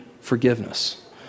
forgiveness